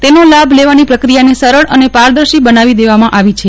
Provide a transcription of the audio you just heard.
તેનો લાભ લેવાની પ્રક્રિયાને સરળ અને પારદર્શી બનાવી દેવામાં આવી છે